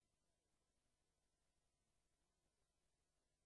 יום רביעי,